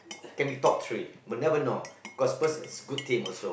can be top three but never know cos spurs has good team also